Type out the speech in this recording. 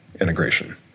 integration